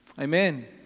Amen